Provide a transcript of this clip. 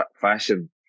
fashion